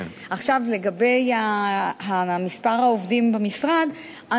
לגבי מספר העובדים במשרד,